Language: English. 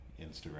Instagram